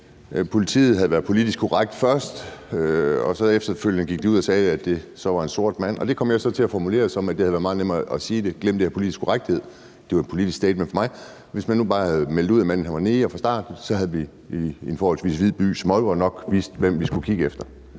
politiet havde været politisk korrekt først og så efterfølgende de ud og sagde, at det var en sort mand. Det kom jeg så til at formulere på den måde, at det havde været meget nemmere at sige det, og at man skulle glemme den politiske korrekthed – det var et politisk statement fra mig: Hvis man nu bare havde meldt ud fra starten, at manden var neger, havde vi i en forholdsvis hvid by som Aalborg nok vidst, hvem vi skulle kigge efter.